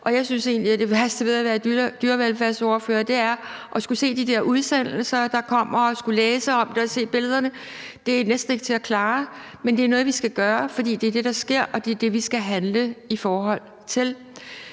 og jeg synes egentlig, at det værste ved at være dyrevelfærdsordfører er at skulle se de der udsendelser, der kommer, og at skulle læse om det og se billederne. Det er næsten ikke til at klare, men det er noget, vi skal gøre, for det er det, der sker, og det er det, vi skal handle i forhold til.